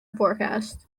forecast